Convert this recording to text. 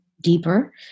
deeper